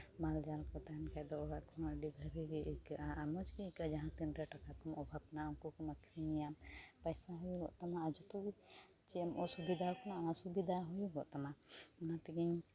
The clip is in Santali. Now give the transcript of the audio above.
ᱢᱟᱞ ᱡᱟᱞ ᱠᱚ ᱛᱟᱦᱮᱱ ᱠᱷᱟᱡ ᱫᱚ ᱚᱲᱟᱜ ᱠᱚᱦᱚᱸ ᱟᱹᱰᱤ ᱵᱷᱟᱹᱜᱤ ᱜᱮ ᱟᱹᱭᱠᱟᱹᱜᱼᱟ ᱢᱚᱡᱽ ᱜᱮ ᱟᱹᱭᱠᱟᱹᱜᱼᱟ ᱡᱟᱦᱟ ᱛᱤᱱ ᱨᱮ ᱴᱟᱠᱟ ᱠᱚᱢ ᱚᱵᱷᱟᱵ ᱱᱟ ᱩᱝᱠᱩ ᱠᱚᱢ ᱟᱠᱷᱨᱤᱧᱮᱭᱟᱢ ᱯᱟᱭᱥᱟ ᱦᱚᱸ ᱦᱩᱭᱩᱜᱚᱜ ᱛᱟᱢᱟ ᱟᱨ ᱡᱚᱛᱚ ᱜᱮ ᱪᱮᱫ ᱮᱢ ᱚᱥᱩᱵᱤᱫᱟᱣᱟᱠᱟᱱᱟ ᱚᱱᱟ ᱥᱩᱵᱤᱫᱟ ᱦᱩᱭᱩᱜᱚᱜ ᱛᱟᱢᱟ ᱚᱱᱟ ᱛᱮᱜᱤᱧ